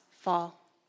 fall